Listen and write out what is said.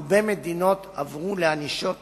הרבה מדינות עברו לענישות